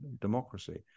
democracy